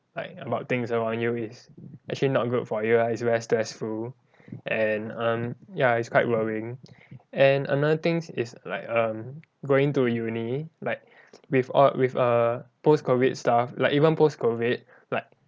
like about things around you is actually not good for you ah it's very stressful and um ya it's quite worrying and another thing is like um going to uni like with all with err post-COVID stuff like even post-COVID like